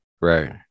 right